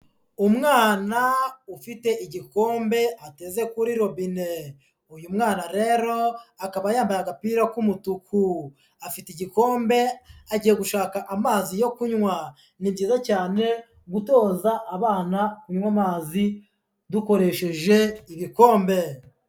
Umwana ufite igikombe ateze kuri robine. Uyu mwana rero, akaba yambaye agapira k'umutuku. Afite igikombe, agiye gushaka amazi yo kunywa. Ni byiza cyane gutoza abana kunywa amazi, dukoresheje ibikombe.